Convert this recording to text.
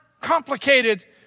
complicated